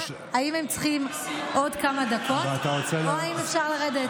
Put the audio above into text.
צריכים עוד כמה דקות או אם אפשר לרדת.